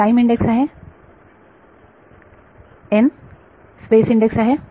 time इंडेक्सtime index आहे space index आहे